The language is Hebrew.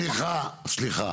סליחה, סליחה.